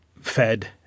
fed